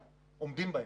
ואנחנו עומדים בהם.